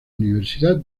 universidad